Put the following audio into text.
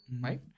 right